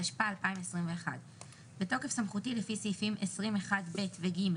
התשפ"א-2021 בתוקף סמכותי לפי סעיפים (20)(1)(ב) ו-(ג)